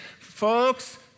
Folks